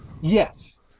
yes